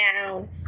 down